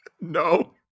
No